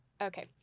Okay